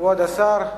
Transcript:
כבוד השר,